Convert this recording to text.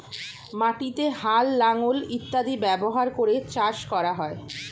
মাটিতে হাল, লাঙল ইত্যাদি ব্যবহার করে চাষ করা হয়